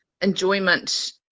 enjoyment